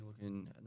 Looking